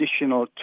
additional